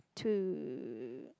to